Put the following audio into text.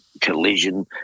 collision